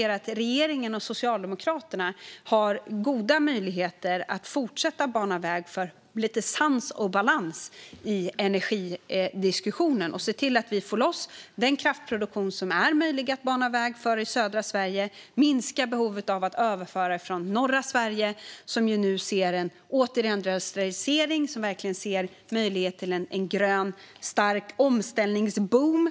Regeringen och Socialdemokraterna har goda möjligheter att fortsätta att bana väg för lite sans och balans i energidiskussionen och se till att vi får loss den kraftproduktion som är möjlig att bana väg för i södra Sverige. Det kommer att minska behovet av att överföra från norra Sverige. Där ser man nu en återindustrialisering och möjlighet till en grön stark omställningsboom.